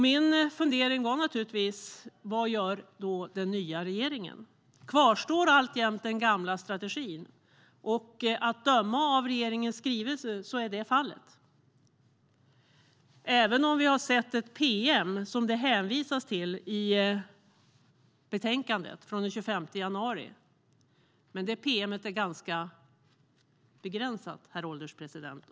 Min fundering var naturligtvis: Vad gör den nya regeringen? Kvarstår den gamla strategin alltjämt? Att döma av regeringens skrivelse är det fallet, även om vi har sett ett pm från den 25 januari som det hänvisas till i betänkandet. Men det pm:et är ganska begränsat, herr ålderspresident.